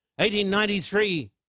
1893